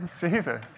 Jesus